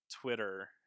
Twitter